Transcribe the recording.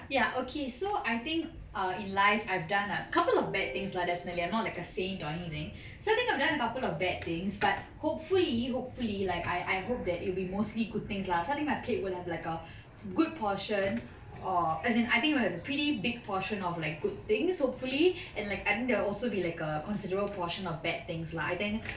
ya okay so I think err in life I've done a couple of bad things lah definitely I'm not like a saint or anything so think I've done a couple of bad things but hopefully hopefully like I I hope that it will be mostly good things lah so I think my plate will have like a good portion or as in I think will have a pretty big portion of like good things hopefully and like and there also be like a considerable portion of bad things lah I think